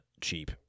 cheap